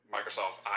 Microsoft